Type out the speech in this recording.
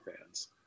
fans